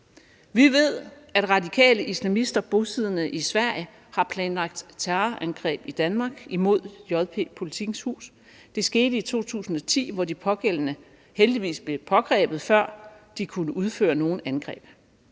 Vi ved, at radikale islamister bosiddende i Sverige har planlagt terrorangreb i Danmark imod JP/Politikens Hus. Det skete i 2010, hvor de pågældende heldigvis blev pågrebet, før de kunne udføre nogen angreb.